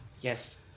yes